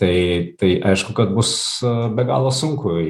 tai tai aišku kad bus be galo sunku